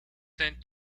sent